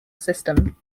system